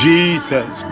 Jesus